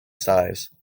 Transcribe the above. size